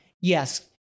yes